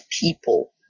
people